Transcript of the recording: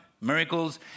miracles